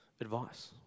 advice